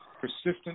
persistent